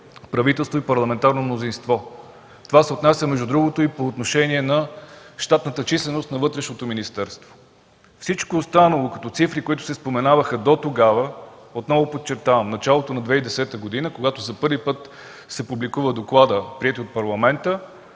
правителство и парламентарно мнозинство. Това се отнася между другото и по отношение на щатната численост на Вътрешното министерство. Всичко останало като цифри, които се споменаваха дотогава, отново подчертавам – до началото на 2010 г., когато за пръв път се публикува докладът, приет от Парламента,